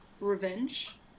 Revenge